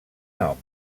nom